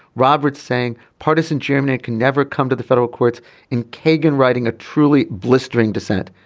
roberts saying partisan germany can never come to the federal court in kagan writing a truly blistering dissent.